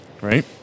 Right